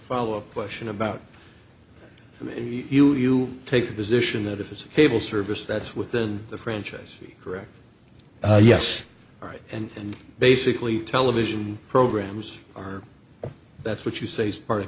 follow up question about you take the position that if it's a cable service that's with the french is correct yes right and basically television programs are that's what you say as part of